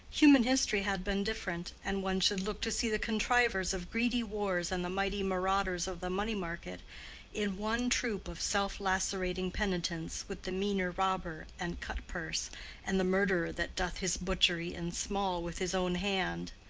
human history had been different, and one should look to see the contrivers of greedy wars and the mighty marauders of the money-market in one troop of self-lacerating penitents with the meaner robber and cut-purse and the murderer that doth his butchery in small with his own hand.